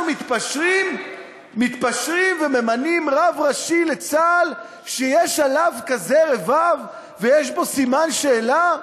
מתפשרים וממנים רב ראשי לצה"ל שיש עליו כזה רבב ויש בו סימן שאלה?